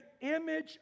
image